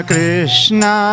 Krishna